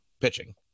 pitching